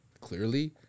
clearly